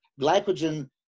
glycogen